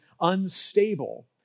unstable